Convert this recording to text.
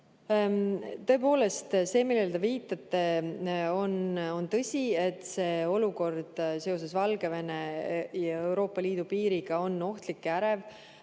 Tõepoolest, see, millele te viitate, on tõsi. Olukord seoses Valgevene ja Euroopa Liidu piiriga on ohtlik ja ärev.